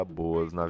boas